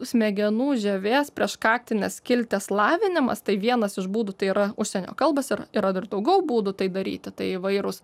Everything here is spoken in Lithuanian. smegenų žievės prieš kaktinės skilties lavinimas tai vienas iš būdų tai yra užsienio kalbas ir yra dar daugiau būdų tai daryti tai įvairūs